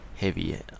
heavy